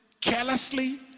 carelessly